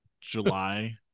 July